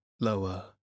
lower